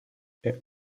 est